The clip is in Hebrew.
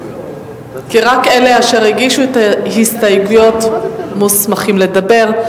כי רק אלה אשר הגישו את ההסתייגויות מוסמכים לדבר.